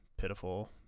pitiful